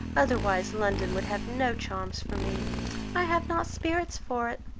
otherwise london would have no charms for me i have not spirits for it.